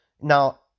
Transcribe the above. Now